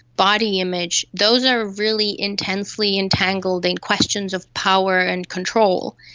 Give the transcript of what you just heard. body image those are really intensely entangled in questions of power and control.